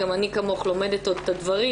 גם אני כמוך עוד לומדת את הדברים.